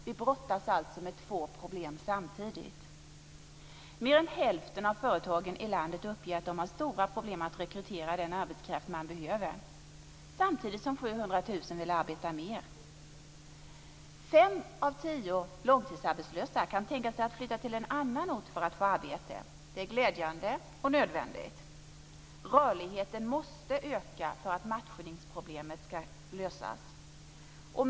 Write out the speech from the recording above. Vi brottas alltså med dessa två problem samtidigt. Mer än hälften av företagen i landet uppger att de har stora problem med att rekrytera den arbetskraft som de behöver; detta samtidigt som 700 000 personer vill arbeta mer. 5 av 10 långtidsarbetslösa kan tänka sig att flytta till en annan ort för att få arbete. Detta är glädjande och även nödvändigt. Rörligheten måste öka för att matchningsproblemet ska lösas.